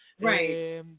Right